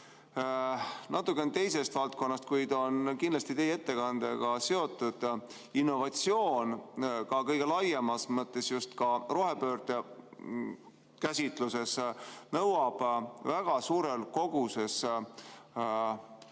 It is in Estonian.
natuke teisest valdkonnast, kuid on kindlasti teie ettekandega seotud. Innovatsioon kõige laiemas mõttes, ka rohepöörde käsitluses, nõuab väga suures koguses